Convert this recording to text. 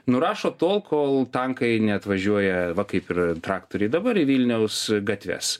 nurašo tol kol tankai neatvažiuoja va kaip ir traktoriai dabar į vilniaus gatves